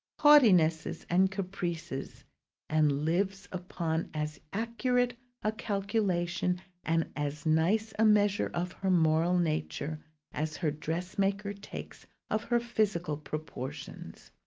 haughtinesses, and caprices and lives upon as accurate a calculation and as nice a measure of her moral nature as her dressmaker takes of her physical proportions.